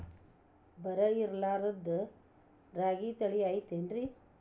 ಬರ ಇರಲಾರದ್ ರಾಗಿ ತಳಿ ಐತೇನ್ರಿ?